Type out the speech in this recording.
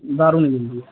दारू निं मिलदी ऐ